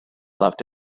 left